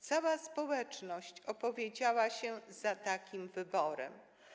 Cała społeczność opowiedziała się za takim wyborem.